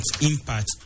impact